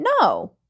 No